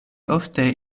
ofte